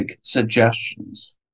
suggestions